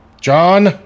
John